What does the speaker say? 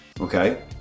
okay